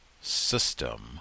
system